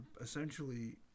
essentially